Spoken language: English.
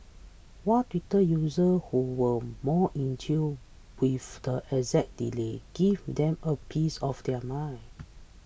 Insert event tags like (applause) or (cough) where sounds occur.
while Twitter users who were more in tune with the exact delay gave them a piece of their mind (noise)